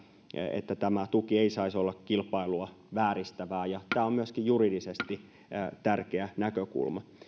että tämä tuki ei saisi olla kilpailua vääristävää ja tämä on myöskin juridisesti tärkeä näkökulma